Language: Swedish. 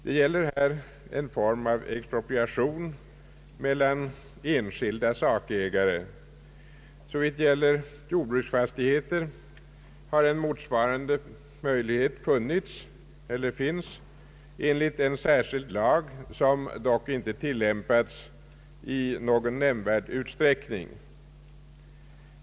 Det gäller här en form av expropriation mellan enskilda sakägare. Såvitt gäller jordbruksfastigheter har en motsvarande möjlighet funnits — och finns fortfarande — enligt en särskild lag, som dock tillämpats i ringa eller ingen omfattning.